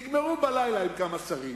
יגמרו בלילה עם כמה שרים,